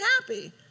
happy